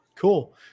Cool